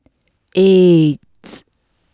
eight